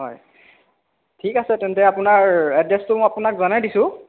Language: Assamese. হয় ঠিক আছে তেন্তে আপোনাৰ এড্ৰেছটো মই আপোনাক জনাই দিছোঁ